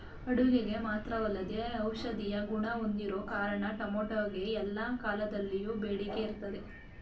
ಅಡುಗೆಗೆ ಮಾತ್ರವಲ್ಲದೇ ಔಷಧೀಯ ಗುಣ ಹೊಂದಿರೋ ಕಾರಣ ಟೊಮೆಟೊಗೆ ಎಲ್ಲಾ ಕಾಲದಲ್ಲಿಯೂ ಬೇಡಿಕೆ ಇರ್ತದೆ